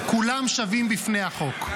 כולם שווים בפני החוק.